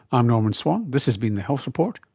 i'm norman swan, this has been the health report,